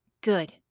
Good